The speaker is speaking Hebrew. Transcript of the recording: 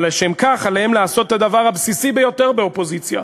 אבל לשם כך עליהם לעשות את הדבר הבסיסי ביותר באופוזיציה: